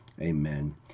Amen